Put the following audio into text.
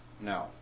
No